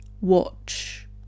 watch